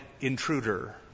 intruder